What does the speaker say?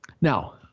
Now